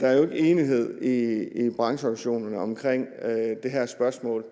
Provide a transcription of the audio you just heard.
der er jo ikke enighed i brancheorganisationerne omkring det her spørgsmål,